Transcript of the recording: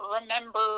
remember